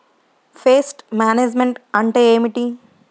Pest management అంటే ఏమిటి?